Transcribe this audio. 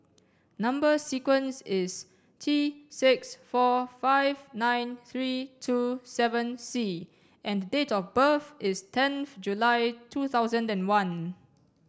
number sequence is T six four five nine three two seven C and date of birth is tenth July two thousand and one